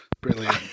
Brilliant